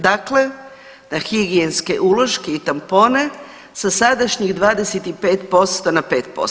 Dakle, na higijenske uloške i tampone sa sadašnjih 25% na 5%